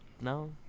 no